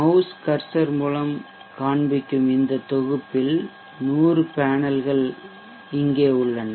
mouse cursor மூலம் காண்பிக்கும் இந்த தொகுப்பில் 100 பேனல்கள் இங்கே உள்ளன